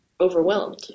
overwhelmed